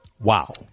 wow